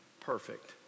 Perfect